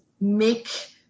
Make